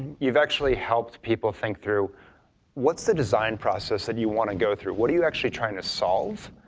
you've actually helped people think through what's the design process that you want to go through, what are you actually trying to solve,